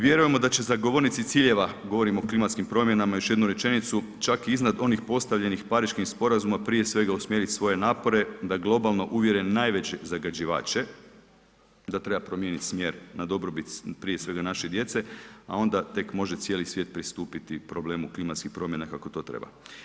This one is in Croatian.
Vjerujemo da će zagovornici ciljeva, govorim o klimatskim promjenama, još jednu rečenicu, čak i iznad onih postavljenih pariških sporazuma prije svega usmjerit svoje napore da globalno uvjere najveće zagađivače da treba promijeniti smjer na dobrobit prije svega naše djece, a onda tek može cijeli svijet pristupiti problemu klimatskih promjena kako to treba.